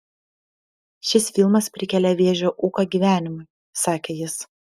šis filmas prikelia vėžio ūką gyvenimui sakė jis